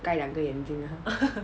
盖两个眼睛 lah